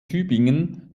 tübingen